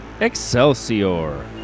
Excelsior